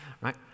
right